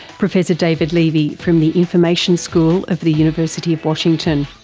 professor david levy from the information school of the university of washington.